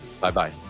bye-bye